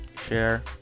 share